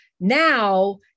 now